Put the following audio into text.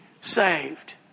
saved